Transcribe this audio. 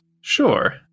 Sure